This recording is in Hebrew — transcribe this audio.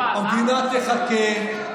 המדינה תחכה,